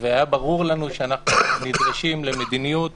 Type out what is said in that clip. והיה ברור לנו שאנחנו נדרשים למדיניות